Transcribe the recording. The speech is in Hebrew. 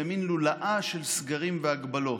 למין לולאה של סגרים והגבלות,